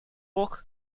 work